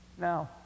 Now